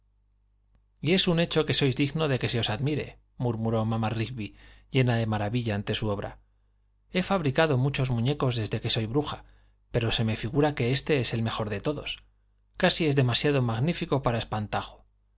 y es un hecho que sois digno de que se os admire murmuró mamá rigby llena de maravilla ante su obra he fabricado muchos muñecos desde que soy bruja pero se me figura que éste es el mejor de todos casi es demasiado magnífico para espantajo